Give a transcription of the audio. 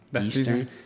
Eastern